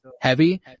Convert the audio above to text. heavy